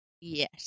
yes